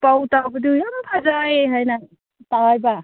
ꯄꯥꯎ ꯇꯥꯕꯗꯨ ꯌꯥꯝ ꯐꯖꯩ ꯍꯥꯏꯅ ꯇꯥꯏꯌꯦꯗ